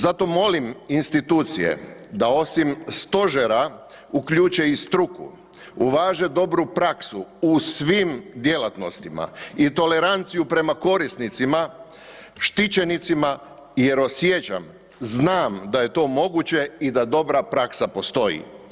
Zato molim institucije da osim stožera uključe i struku, uvaže dobru praksu u svim djelatnostima i toleranciju prema korisnicima, štičenicima jer osjećam, znam da je to moguće i da dobra praksa postoji.